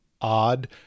odd